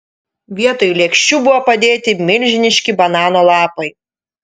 vietoj lėkščių buvo padėti milžiniški banano lapai